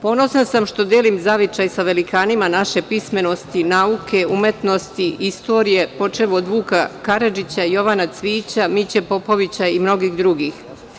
Ponosna sam što delim zavičaj sa velikanima naše pismenosti, nauke, umetnosti, istorije, počev od Vuka Karadžića, Jovana Cvijića, Miće Popovića i mnogih drugih.